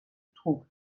trug